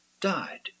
died